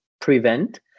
prevent